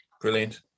brilliant